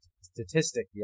statistic